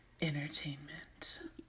entertainment